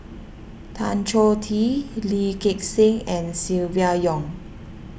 Tan Choh Tee Lee Gek Seng and Silvia Yong